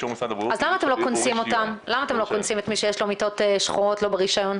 למה אתם לא קונסים את מי שיש לו מיטות שחורות לא ברישיון?